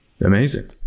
Amazing